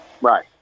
Right